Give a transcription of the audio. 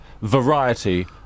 Variety